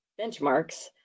benchmarks